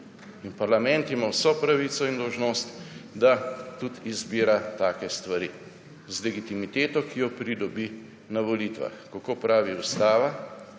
Parlament ima vso pravico in dolžnost, da tudi izbira take stvari, z legitimiteto, ki jo pridobi na volitvah. Kako pravi ustava?